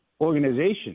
organization